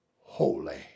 holy